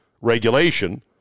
regulation